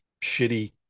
shitty